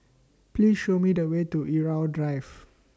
Please Show Me The Way to Irau Drive